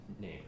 name